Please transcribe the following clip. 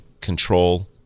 control